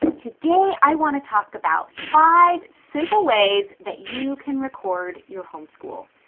today i want to talk about five simple ways that you can record your homeschool.